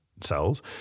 cells